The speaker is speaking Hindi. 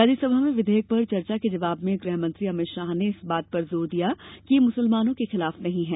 राज्य सभा में विधेयक पर चर्चा के जवाब में गृहमंत्री अमित शाह ने इस बात पर जोर दिया कि यह मुसलमानों के खिलाफ नहीं है